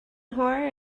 horror